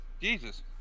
Jesus